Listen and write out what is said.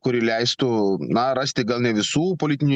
kuri leistų na rasti gal ne visų politinių